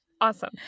Awesome